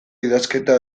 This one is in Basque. idazketa